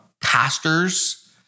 pastor's